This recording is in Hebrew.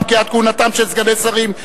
פקיעת כהונתם של סגני שרים,